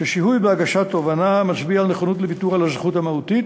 ששיהוי בהגשת תובענה מצביע על נכונות לוויתור על הזכות המהותית,